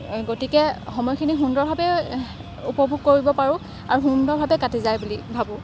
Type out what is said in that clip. গতিকে সময়খিনি সুন্দৰভাৱে উপভোগ কৰিব পাৰোঁ আৰু সুন্দৰভাৱে কাটি যায় বুলি ভাবোঁ